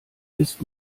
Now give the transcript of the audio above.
ist